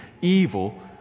evil